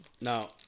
Now